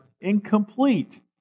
incomplete